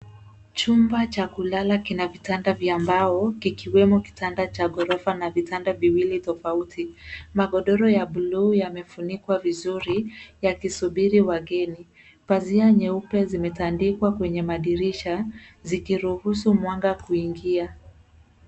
Chumba cha kulala kina vitanda vya mbao kikiwemo kitanda cha mbao na vitanda viwili tofauti. Magodoro ya buluu yamefunikwa yakisubiri wageni. Pazia nyeupe zimetandikwa kwenye madirisha zikiruhusu mwanga kuingia.